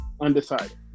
undecided